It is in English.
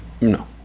No